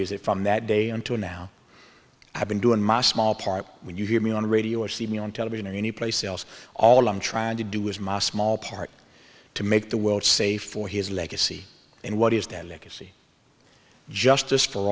that from that day until now i've been doing my small part when you hear me on the radio or see me on television or anyplace else all i'm trying to do is ma small part to make the world safe for his legacy and what is that legacy justice for